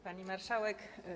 Pani Marszałek!